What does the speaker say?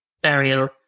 burial